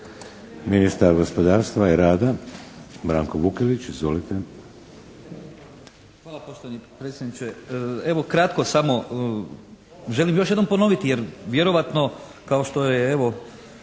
Ministar gospodarstva i rada Branko Vukelić. Izvolite!